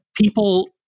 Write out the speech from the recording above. People